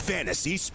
Fantasy